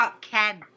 Ken